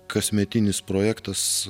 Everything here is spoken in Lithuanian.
kasmetinis projektas